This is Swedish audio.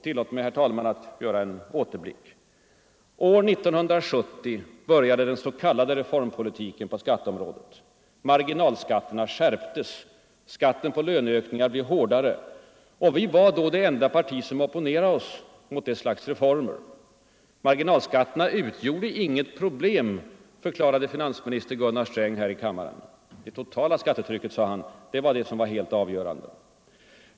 Tillåt mig, herr talman, att göra en återblick. År 1970 började den s.k. reformpolitiken på skatteområdet. Margi nalskatterna skärptes. Skatten på löneökningar blev hårdare. Vi var då det enda parti som opponerade oss mot detta slag av reformer. Marginalskatterna utgjorde inget problem, förklarade finansminister Gunnar Sträng här i kammaren. Det totala skattetrycket, sade han, var helt avgörande.